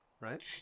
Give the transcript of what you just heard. right